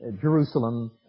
Jerusalem